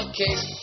case